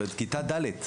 זאת אומרת כיתה ד'.